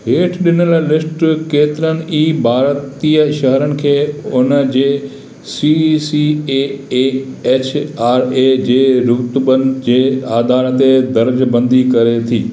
हेठि ॾिनल लिस्ट केतिरनि ई भारतीअ शहरनि खे उन्हनि जे सी सी ए ऐं एच आर ए जे रूतबनि जे आधार ते धर्मबंदी करे थी